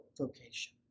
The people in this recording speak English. vocation